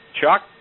Chuck